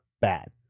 bad